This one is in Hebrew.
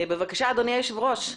בבקשה, אדוני היושב-ראש.